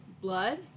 blood